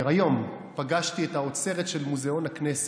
היום פגשתי את האוצרת של מוזיאון הכנסת,